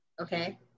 Okay